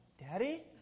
Daddy